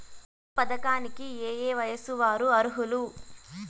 ఈ పథకానికి ఏయే వయస్సు వారు అర్హులు?